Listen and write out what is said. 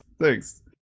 Thanks